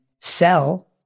sell